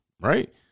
right